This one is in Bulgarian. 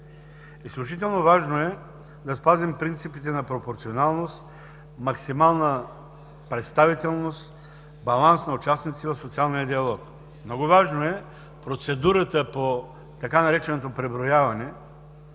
Изключително важно е да спазим принципите на пропорционалност, максимална представителност, баланс на участниците в социалния диалог. Много важно е процедурата по така нареченото „преброяване”